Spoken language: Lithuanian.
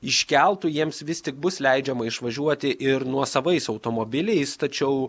iš keltų jiems vis tik bus leidžiama išvažiuoti ir nuosavais automobiliais tačiau